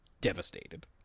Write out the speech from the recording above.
devastated